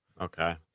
Okay